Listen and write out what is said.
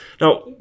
Now